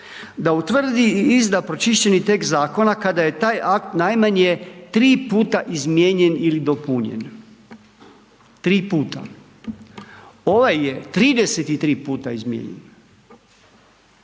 da utvrdi i izda pročišćeni tekst zakona, kada je taj akt najmanje, 3 puta izmijenjen ili dopunjen, 3 puta. Ovaj je 33 puta izmijenjen.